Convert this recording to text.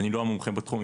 אני לא המומחה בתחום.